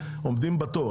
עומדים זמן רב בתור.